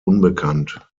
unbekannt